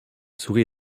souris